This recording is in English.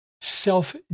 self